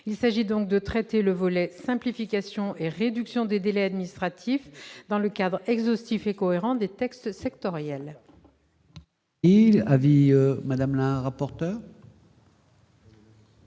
Il s'agit donc de traiter le volet simplification et réduction des délais administratifs dans le cadre exhaustif et cohérent des textes sectoriels. Quel est l'avis de la commission